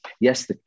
Yes